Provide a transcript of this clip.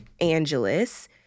Angeles